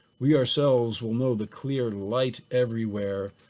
we ourselves will know the clear light everywhere,